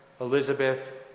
Elizabeth